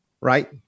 right